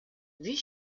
vit